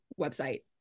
website